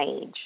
age